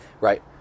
Right